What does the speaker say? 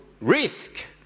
risk